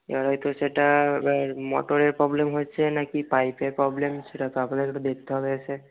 এবার হয়তো সেটা এবার মোটরের প্রবলেম হয়েছে না কি পাইপের প্রবলেম সেটা তো আপনাদের সেটা তো দেখতে হবে এসে